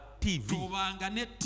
TV